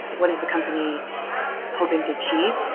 what is the company hoping to achieve?